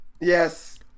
Yes